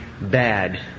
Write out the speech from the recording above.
bad